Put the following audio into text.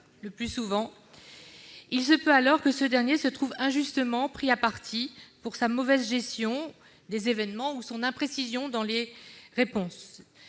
le maire. Il se peut alors que ce dernier se trouve injustement pris à partie pour sa mauvaise gestion des événements ou pour l'imprécision des réponses